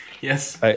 yes